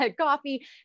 Coffee